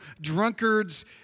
drunkards